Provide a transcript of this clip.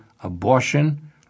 Abortion